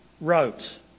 wrote